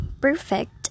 perfect